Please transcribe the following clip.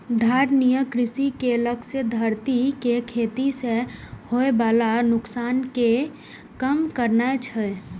धारणीय कृषि के लक्ष्य धरती कें खेती सं होय बला नुकसान कें कम करनाय छै